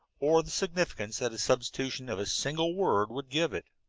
or the significance that the substitution of a single word would give it.